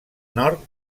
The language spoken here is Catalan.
nord